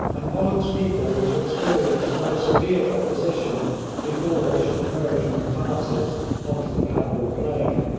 and pollock's people were to experience more severe opposition before they should emerge from the passes on to the cabul plain.